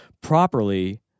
properly